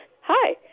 hi